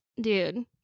dude